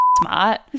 smart